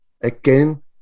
again